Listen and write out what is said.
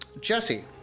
Jesse